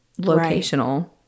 locational